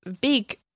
big